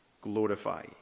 glorify